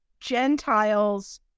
Gentiles